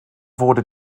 wurde